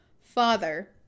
father